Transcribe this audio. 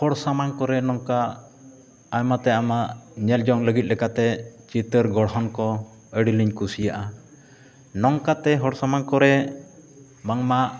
ᱦᱚᱲ ᱥᱟᱢᱟᱝ ᱠᱚᱨᱮ ᱱᱚᱝᱠᱟ ᱟᱭᱢᱟ ᱛᱮ ᱟᱭᱢᱟ ᱧᱮᱞ ᱡᱚᱝ ᱞᱟᱹᱜᱤᱫ ᱞᱮᱠᱟᱛᱮ ᱪᱤᱛᱟᱹᱨ ᱜᱚᱲᱦᱚᱱ ᱠᱚ ᱟᱹᱰᱤ ᱞᱤᱧ ᱠᱩᱥᱤᱭᱟᱜᱼᱟ ᱱᱚᱝᱠᱟᱛᱮ ᱦᱚᱲ ᱥᱟᱢᱟᱝ ᱠᱚᱨᱮᱫ ᱵᱟᱝᱢᱟ